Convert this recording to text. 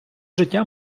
життя